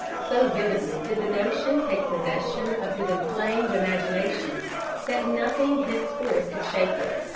so vividly did the notion take possession of his inflamed imagination that nothing henceforth could shake it.